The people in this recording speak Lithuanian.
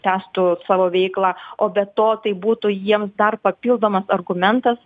tęstų savo veiklą o be to tai būtų jiems dar papildomas argumentas